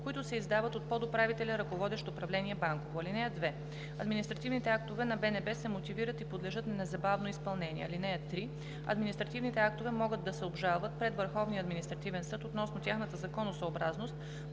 които се издават от подуправителя, ръководещ управление „Банково“. (2) Административните актове на БНБ се мотивират и подлежат на незабавно изпълнение. (3) Административните актове могат да се обжалват пред Върховния административен съд относно тяхната законосъобразност